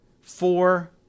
Four